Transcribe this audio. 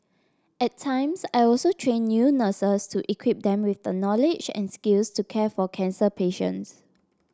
at times I also train new nurses to equip them with the knowledge and skills to care for cancer patients